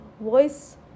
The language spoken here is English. Voice